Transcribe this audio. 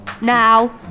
Now